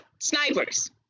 snipers